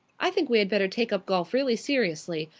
i think we had better take up golf really seriously.